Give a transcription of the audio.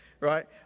right